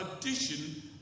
addition